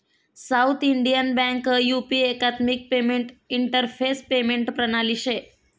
south Indian Bank U P एकात्मिक payment interface payment प्रणाली शे